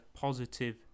positive